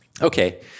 Okay